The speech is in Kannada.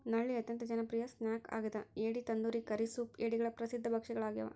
ನಳ್ಳಿ ಅತ್ಯಂತ ಜನಪ್ರಿಯ ಸ್ನ್ಯಾಕ್ ಆಗ್ಯದ ಏಡಿ ತಂದೂರಿ ಕರಿ ಸೂಪ್ ಏಡಿಗಳ ಪ್ರಸಿದ್ಧ ಭಕ್ಷ್ಯಗಳಾಗ್ಯವ